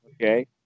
Okay